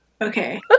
Okay